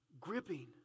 gripping